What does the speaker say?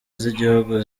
z’igihugu